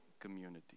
community